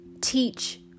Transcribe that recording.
teach